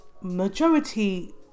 Majority